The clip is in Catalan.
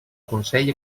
consell